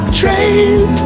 train